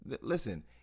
Listen